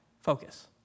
focus